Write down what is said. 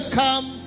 come